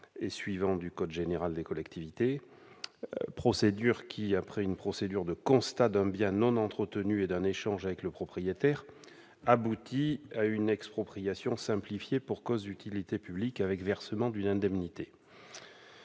et suivants du code général des collectivités territoriales : après une procédure de constat d'un bien non entretenu et un échange avec le propriétaire, elle aboutit à une expropriation simplifiée pour cause d'utilité publique avec versement d'une indemnité.